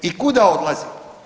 I kuda odlazi?